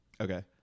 Okay